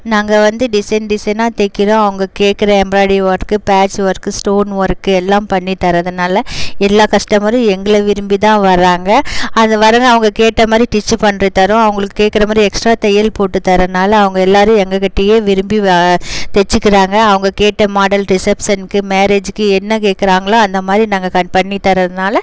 நாங்கள் வந்து டிசைன் டிசைனாக தைக்கிறோம் அவங்க கேட்குற embroidery work patch work stone work எல்லாம் பண்ணி தர்றதனால எல்லா கஸ்டமரும் எங்களை விரும்பி தான் வராங்கள் அது பாருங்கள் அவங்க கேட்ட மாதிரி டிச்சி பண்ணி தரோம் அவங்களுக்கு கேட்குற மாதிரி எக்ஸ்ட்ரா தையல் போட்டு தர்றதனால அவங்க எல்லாரும் எங்ககிட்டவே விரும்பி வ தைச்சிக்கிறாங்க அவங்க கேட்ட மாடல் ரிசப்ஸன்க்கு மேரேஜிக்கு என்ன கேட்குறாங்களோ அந்த மாதிரி நாங்கள் கட் பண்ணி தர்றதனால